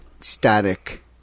static